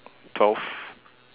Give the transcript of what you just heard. twelve